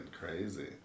crazy